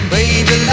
Baby